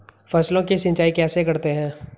फसलों की सिंचाई कैसे करते हैं?